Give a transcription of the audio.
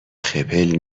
خپل